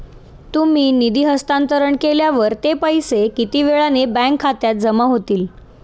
तुम्ही निधी हस्तांतरण केल्यावर ते पैसे किती वेळाने बँक खात्यात जमा होतील?